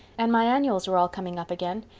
and my annuals are all coming up again.